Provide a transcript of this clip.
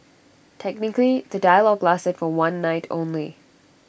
technically the dialogue lasted for one night only